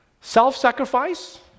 Self-sacrifice